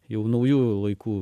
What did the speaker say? jau naujų laikų